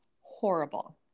horrible